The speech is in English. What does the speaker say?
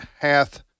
hath